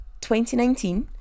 2019